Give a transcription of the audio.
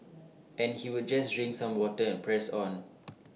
and he would just drink some water and press on